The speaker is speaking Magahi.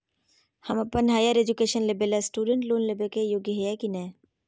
हम अप्पन हायर एजुकेशन लेबे ला स्टूडेंट लोन लेबे के योग्य हियै की नय?